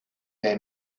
they